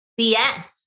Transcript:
BS